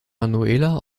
manuela